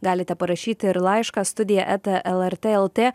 galite parašyti ir laišką studija eta lrt lt